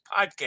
podcast